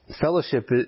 fellowship